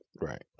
Right